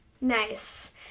Nice